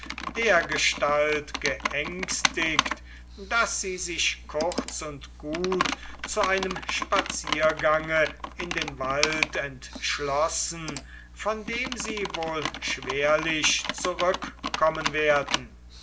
dergestalt geängstigt daß sie sich kurz und gut zu einem spaziergange in den wald entschlossen von dem sie wohl schwerlich zurückkommen werden